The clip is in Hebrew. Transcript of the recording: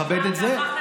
אני מכבד את זה,